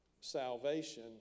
salvation